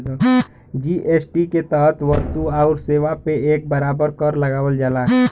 GST के तहत वस्तु आउर सेवा पे एक बराबर कर लगावल जाला